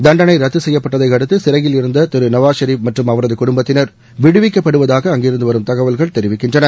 தண்டனை ரத்து செய்யப்பட்டதை அடுத்து சிறையில் உள்ள திரு நவாஸ் ஷெரீப் மற்றும் அவரது குடும்பத்தினர் விடுவிக்கப்படுவதாக அங்கிருந்து வரும் தகவல்கள் தெரிவிக்கின்றன